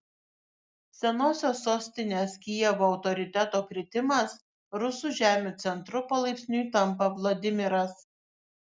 senosios sostinės kijevo autoriteto kritimas rusų žemių centru palaipsniui tampa vladimiras